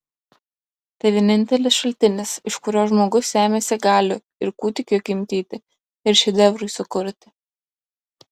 tai vienintelis šaltinis iš kurio žmogus semiasi galių ir kūdikiui gimdyti ir šedevrui sukurti